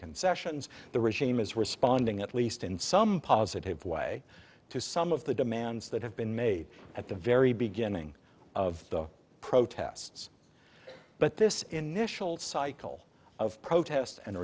concessions the regime is responding at least in some positive way to some of the demands that have been made at the very beginning of the protests but this initial cycle of protest and